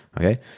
Okay